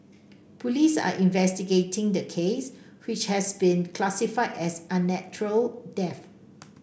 police are investigating the case which has been classified as an unnatural death